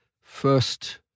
First